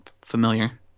familiar